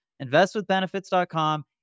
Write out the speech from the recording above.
Investwithbenefits.com